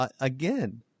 again